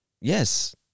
yes